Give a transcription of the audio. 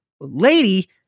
lady